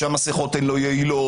ושהמסכות לא יעילות.